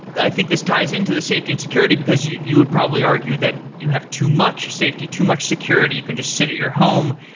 i think this ties into the safety and security, because you you would probably argue that you have too much safety, too much security. you can just sit at your home.